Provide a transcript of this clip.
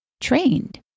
trained